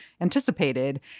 anticipated